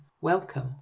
welcome